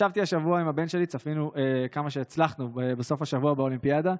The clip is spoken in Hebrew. ישבתי השבוע עם הבן שלי וצפינו כמה שהצלחנו בסוף השבוע באולימפיאדה,